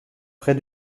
près